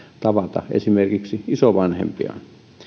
tavata esimerkiksi isovanhempiaan